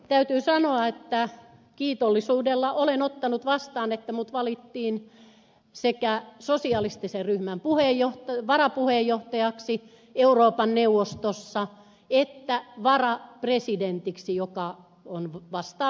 täytyy sanoa että kiitollisuudella olen ottanut vastaan sen että minut valittiin euroopan neuvostossa sekä sosialistisen ryhmän varapuheenjohtajaksi että varapresidentiksi joka vastaa varapuhemiestä